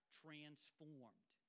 transformed